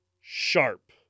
sharp